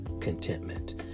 contentment